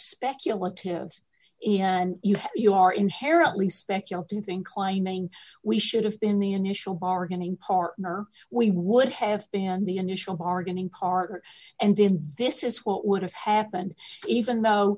speculative and you are inherently speculative think claiming we should have been the initial bargaining partner we would have been the initial bargain in carter and then this is what would have happened even though